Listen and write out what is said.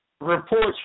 reports